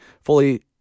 fully